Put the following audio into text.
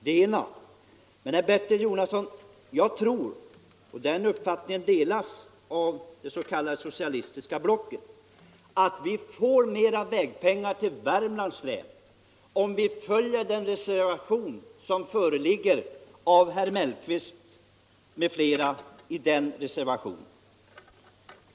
Jag tror vidare, herr Bertil Jonasson — och den uppfattningen delas av det s.k. socialistiska blocket — att vi får mera vägpengar till Värmlands län om vi följer reservationen av herr Mellqvist m.fl.